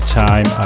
time